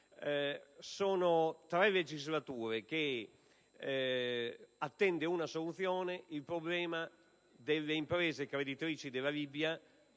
Da tre legislature attende una soluzione il problema delle imprese creditrici della Libia.